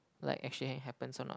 like actually happens or not